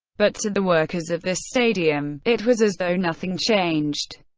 but to the workers of this stadium, it was as though nothing changed.